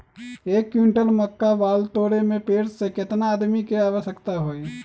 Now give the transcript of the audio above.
एक क्विंटल मक्का बाल तोरे में पेड़ से केतना आदमी के आवश्कता होई?